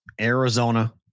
Arizona